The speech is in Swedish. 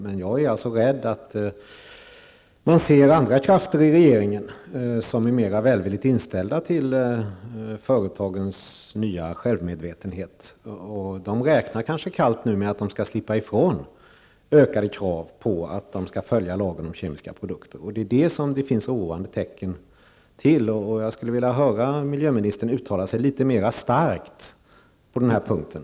Men jag är rädd att det finns andra krafter i regeringen som är mer välvilligt inställda till företagens nya självmedvetenhet, och företagen räknar kanske nu kallt med att de skall slippa ifrån ökade krav på att följa lagen om kemiska produkter. Det är detta som det finns oroande tecken på. Jag skulle vilja höra miljöministern uttala sig litet starkare på den punkten.